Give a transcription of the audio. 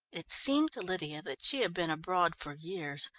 it seemed to lydia that she had been abroad for years,